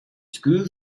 school